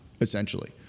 essentially